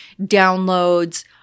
downloads